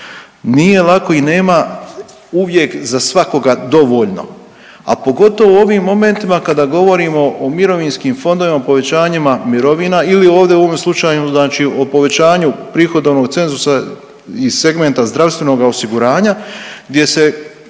Nije lako i nema uvijek za svakoga dovoljno, a pogotovo u ovim momentima kada govorimo o mirovinskim fondovima, povećanjima mirovina ili ovdje u ovom slučaju znači o povećanju prihodovnog cenzusa iz segmenta zdravstvenoga osiguranja gdje se